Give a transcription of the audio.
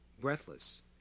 breathless